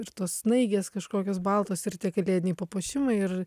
ir tos snaigės kažkokios baltos ir kalėdiniai papuošimai ir